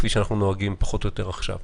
כפי שאנחנו נוהגים פחות או יותר עכשיו.